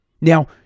Now